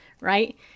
right